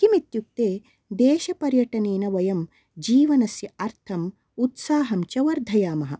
किमित्युक्ते देशपर्यटनेन वयं जीवनस्य अर्थम् उत्साहं च वर्धयामः